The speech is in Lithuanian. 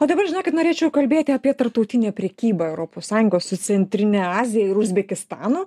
o dabar žinokit norėčiau kalbėti apie tarptautinę prekybą europos sąjungos su centrine azija ir uzbekistanu